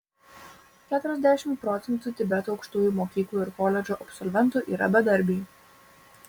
keturiasdešimt procentų tibeto aukštųjų mokyklų ir koledžų absolventų yra bedarbiai